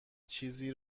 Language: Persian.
چیزی